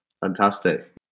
Fantastic